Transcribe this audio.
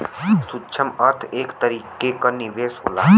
सूक्ष्म अर्थ एक तरीके क निवेस होला